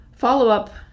Follow-up